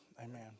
Amen